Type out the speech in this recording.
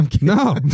No